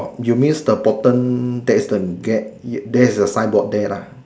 you means the bottom that is the gate that is the signboard there lah